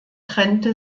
trennte